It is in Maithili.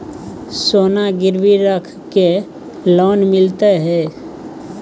सोना गिरवी रख के लोन मिलते है?